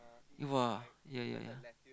!wah! yea yea yea